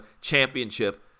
championship